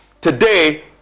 today